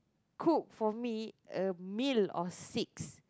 cook for me a meal of six